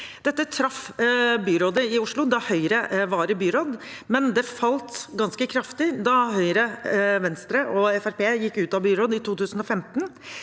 Dette traff byrådet i Oslo da Høyre var i byråd, men det falt ganske kraftig da Høyre, Venstre og Fremskrittspartiet gikk ut av byråd i 2015.